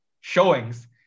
showings